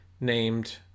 named